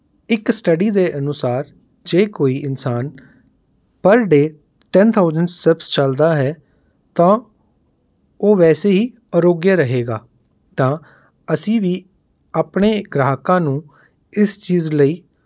ਇੱਕ ਸਟੱਡੀ ਦੇ ਅਨੁਸਾਰ ਜੇ ਕੋਈ ਇਨਸਾਨ per day ten thousand steps ਚਲਦਾ ਹੈ ਤਾਂ ਉਹ ਵੈਸੇ ਹੀ ਅਰੋਗਯ ਰਹੇਗਾ ਤਾਂ ਅਸੀਂ ਵੀ ਆਪਣੇ ਗ੍ਰਾਹਕਾਂ ਨੂੰ ਇਸ ਚੀਜ਼ ਲਈ